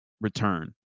return